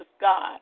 God